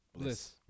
bliss